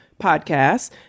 podcasts